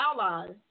allies